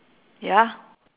ya